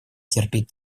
терпеть